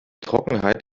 trockenheit